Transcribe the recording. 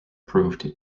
proved